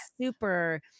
super